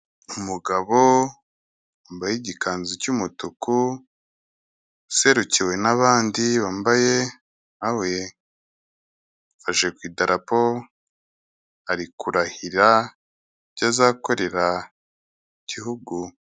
Umugabo wambaye igikanzu cy'umutuku, userukiwe n'abandi bambaye nka we, afashe ku idarapo ari kurahira ibyo azakorera igihugu.